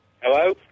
Hello